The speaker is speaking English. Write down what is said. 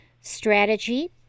strategy